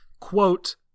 Quote